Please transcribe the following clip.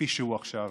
כפי שהוא עכשיו,